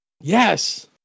Yes